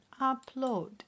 upload